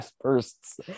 firsts